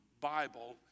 Bible